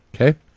okay